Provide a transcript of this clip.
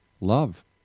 love